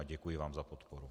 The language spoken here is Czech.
A děkuji vám za podporu.